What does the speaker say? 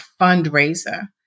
fundraiser